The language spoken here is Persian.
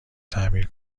تعمیر